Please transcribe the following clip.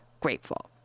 grateful